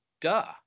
duh